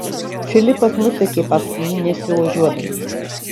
filipas nusekė paskui jį nesiožiuodamas